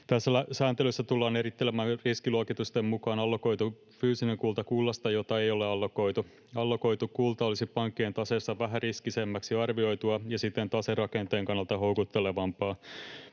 Tässä sääntelyssä tullaan erittelemään riskiluokitusten mukaan allokoitu fyysinen kulta kullasta, jota ei ole allokoitu. Allokoitu kulta olisi pankkien taseessa vähäriskisemmäksi arvioitua ja siten taserakenteen kannalta houkuttelevampaa.